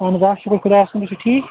اَہَن حظ آ شُکُر خۄدایَس کُن تُہۍ چھو ٹھیٖک